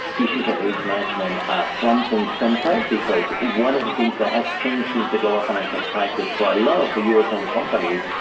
issues of risk management are front and center because one of the things that has changed since the global financial crisis for a lot of eurozone companies,